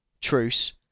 truce